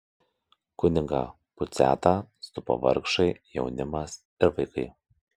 kunigą puciatą supo vargšai jaunimas ir vaikai